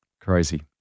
crazy